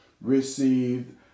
received